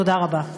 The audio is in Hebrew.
תודה רבה.